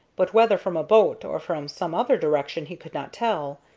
but whether from a boat or from some other direction he could not tell.